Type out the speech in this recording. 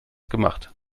gemacht